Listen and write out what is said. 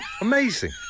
Amazing